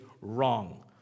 wrong